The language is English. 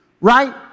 right